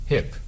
Hip